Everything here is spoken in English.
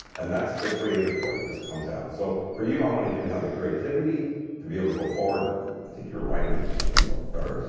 and that's the creative part. it just comes out. so for you, i wanted you to have the creativity to be able to go forward. i think you're writing your second book yeah.